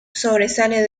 sobresale